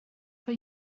for